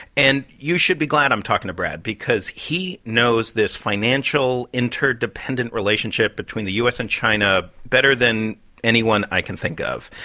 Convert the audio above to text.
and you should be glad i'm talking to brad because he knows this financial interdependent relationship between the u s. and china better than anyone i can think of.